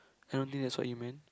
I don't think that's what you meant